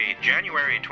January